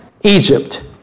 Egypt